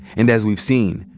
and as we've seen,